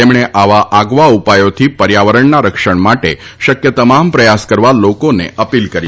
તેમણે આવા આગવા ઉપાયોથી પર્યાવરણના રક્ષણ માટે શક્ય તમામ પ્રયાસ કરવા લોકોને અપીલ કરી છે